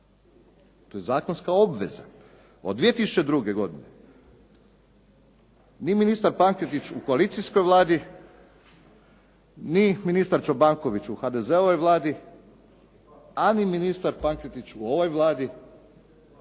To je zakonska obveza od 2002. godine. Ni ministar Pankretić u koalicijskoj Vladi, ni ministar Čobanković u HDZ-ovoj Vladi, a ni ministar Pankretić u ovoj Vladi,